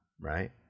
right